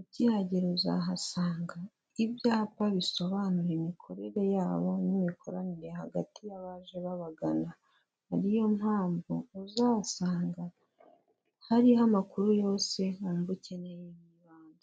ukihagera uzahasanga ibyapa bisobanura imikorere yabo n'imikoranire hagati y'abaje babagana, ari yo mpamvu uzasanga hariho amakuru yose wumva ukeneye.